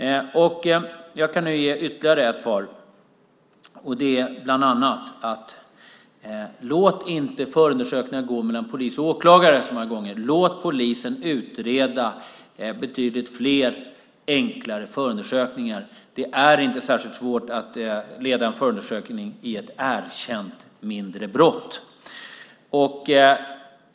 Jag kan nu ge ytterligare ett par förslag. Det handlar bland annat om att inte låta förundersökningar gå mellan polis och åklagare så många gånger. Låt polisen utreda betydligt fler enkla förundersökningar! Det är inte särskilt svårt att leda en förundersökning i ett erkänt, mindre brott.